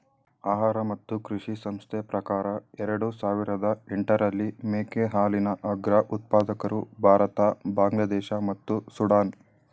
ಆಹಾರ ಮತ್ತು ಕೃಷಿ ಸಂಸ್ಥೆ ಪ್ರಕಾರ ಎರಡು ಸಾವಿರದ ಎಂಟರಲ್ಲಿ ಮೇಕೆ ಹಾಲಿನ ಅಗ್ರ ಉತ್ಪಾದಕರು ಭಾರತ ಬಾಂಗ್ಲಾದೇಶ ಮತ್ತು ಸುಡಾನ್